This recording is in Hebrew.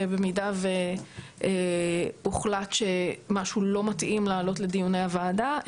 במידה והוחלט שמשהו לא מתאים לעלות לדיוני הוועדה,